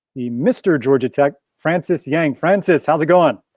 the mr. georgia tech, francis yang. francis, how's it going?